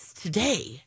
today